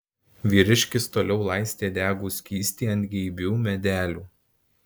vyriškis toliau laistė degų skystį ant geibių medelių